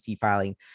filing